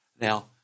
Now